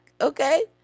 Okay